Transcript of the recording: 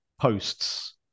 posts